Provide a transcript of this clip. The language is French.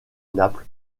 naples